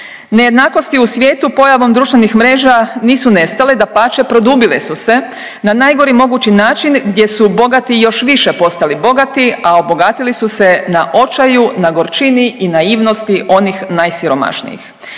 Nejednakosti u svijetu pojavom društvenih mreža nisu nestale, dapače produbile su se na najgori mogući način gdje su bogati još više postali bogati, a obogatili su se na očaju, na gorčini i naivnosti onih najsiromašnijih.